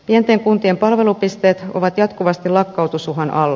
pienten kuntien palvelupisteet ovat jatkuvasti lakkautusuhan alla